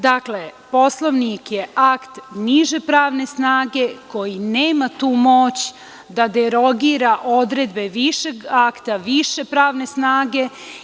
Dakle, Poslovnik je akt niže pravne snage koji nema tu moć da derogira odredbe višeg akta, više pravne snage.